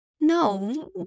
No